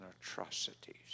atrocities